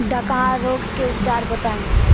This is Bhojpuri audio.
डकहा रोग के उपचार बताई?